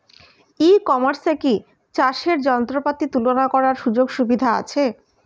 ই কমার্সে কি চাষের যন্ত্রপাতি তুলনা করার সুযোগ সুবিধা আছে?